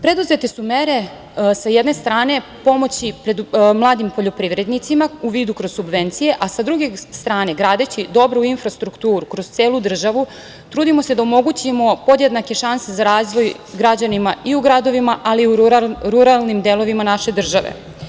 Preduzete su mere, sa jedne strane, pomoći mladim poljoprivrednicima, u vidu kroz subvencije, a sa druge strane, gradeći dobru infrastrukturu kroz celu državu, trudimo se da omogućimo podjednake šanse za razvoj građanima i u gradovima ali i u ruralnim delovima naše države.